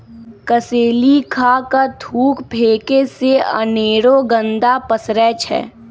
कसेलि खा कऽ थूक फेके से अनेरो गंदा पसरै छै